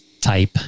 type